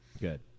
Good